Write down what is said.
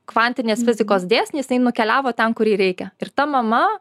kvantinės fizikos dėsniais tai nukeliavo ten kur reikia ir ta mama